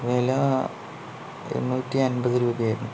വില തൊണ്ണൂറ്റി അൻപത് രൂപയായിരുന്നു